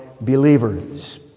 believers